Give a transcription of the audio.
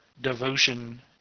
devotion